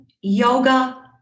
yoga